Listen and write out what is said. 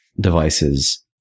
devices